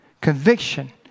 Conviction